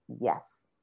yes